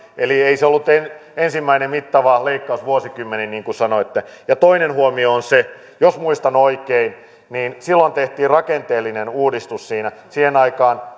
eli ei se ollut ensimmäinen mittava leikkaus vuosikymmeniin niin kuin sanoitte toinen huomio on se jos muistan oikein että silloin tehtiin rakenteellinen uudistus siihen aikaan